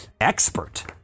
expert